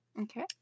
Okay